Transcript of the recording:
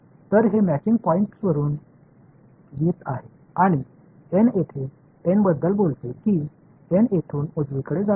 तर हे मॅचिंग पॉइण्टवरून येत आहे आणि एन येथे एन बद्दल बोलते कि एन येथून उजवीकडे जाते